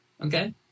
Okay